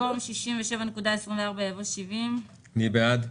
במקום 67.24 יבוא 70. מי בעד?